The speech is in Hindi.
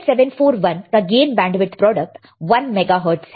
LM741 का gain bandwidth product 1 megahertz है